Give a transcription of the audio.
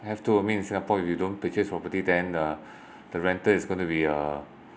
I have to admit in singapore if you don't purchase property than uh the rental is gonna be uh